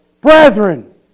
Brethren